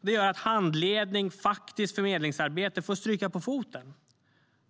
Det gör att handledning och faktiskt förmedlingsarbete får stryka på foten.